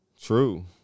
True